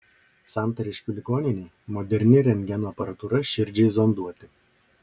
santariškių ligoninei moderni rentgeno aparatūra širdžiai zonduoti